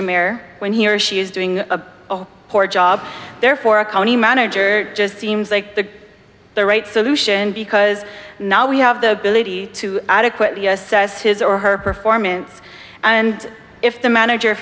mare when he or she is doing a poor job there for a county manager just seems like the the right solution because now we have the ability to adequately assess his or her performance and if the manager